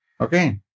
Okay